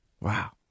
wow